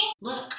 Look